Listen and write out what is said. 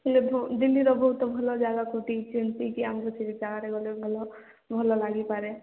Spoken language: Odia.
ଦିଲ୍ଲୀର ବହୁତ ଭଲ ଜାଗା କେଉଁଠି ସେମିତି କି ଆମକୁ ରେ ଗଲେ ଭଲ ଭଲ ଲାଗିପାରେ